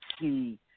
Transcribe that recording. see